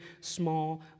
small